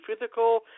physical